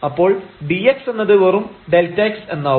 അപ്പോൾ dx എന്നത് വെറും Δx എന്നാവും